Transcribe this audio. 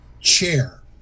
chair